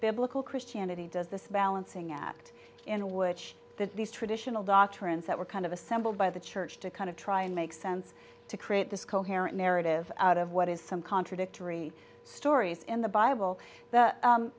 biblical christianity does this balancing act in a woods that these traditional doctrines that were kind of assembled by the church to kind of try and make sense to create this coherent narrative out of what is some contradictory stories in the bible